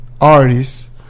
artists